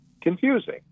confusing